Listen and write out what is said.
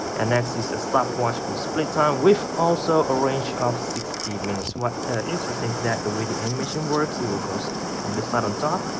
and next is a stopwatch will split time with also a range of sixty minutes, what interesting is that the way the animation works it will go so on the side on top,